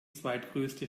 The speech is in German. zweitgrößte